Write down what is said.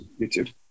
YouTube